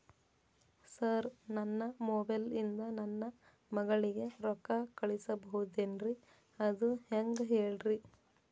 sir ನನ್ನ mobile ಇಂದ ನನ್ನ ಮಗಳಿಗೆ ರೊಕ್ಕಾ ಕಳಿಸಬಹುದೇನ್ರಿ ಅದು ಹೆಂಗ್ ಹೇಳ್ರಿ